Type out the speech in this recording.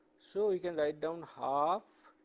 so you can write down ah